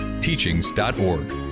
teachings.org